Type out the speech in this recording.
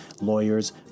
lawyers